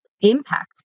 impact